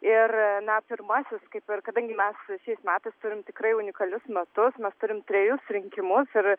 ir na pirmasis kaip ir kadangi mes šiais metais turim tikrai unikalius metus mes turim trejus rinkimus ir